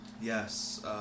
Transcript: Yes